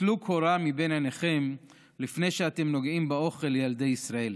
טלו קורה מבין עיניכם לפני שאתם נוגעים באוכל לילדי ישראל.